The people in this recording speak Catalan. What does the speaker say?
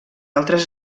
altres